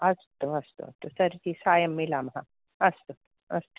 अस्तु अस्तु अस्तु तर्हि सायं मिलामः अस्तु अस्तु